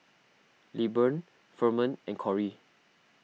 Lilburn Ferman and Cory